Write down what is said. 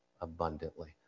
abundantly